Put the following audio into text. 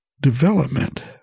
development